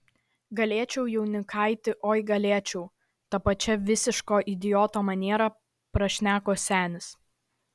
galėčiau jaunikaiti oi galėčiau ta pačia visiško idioto maniera prašneko senis